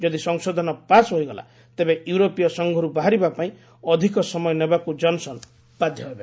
ଯଦି ସଂଶୋଧନ ପାଶ୍ ହେଇଗଲା ତେବେ ୟୁରୋପୀୟ ସଂଘରୁ ବାହାରିବା ପାଇଁ ଅଧିକ ସମୟ ନେବାକ୍ର ଜନ୍ସନ୍ ବାଧ୍ୟ ହେବେ